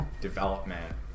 development